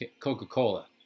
coca-cola